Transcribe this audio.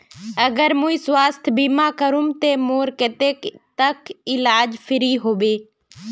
अगर मुई स्वास्थ्य बीमा करूम ते मोर कतेक तक इलाज फ्री होबे?